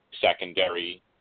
secondary